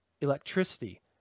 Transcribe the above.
electricity